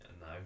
no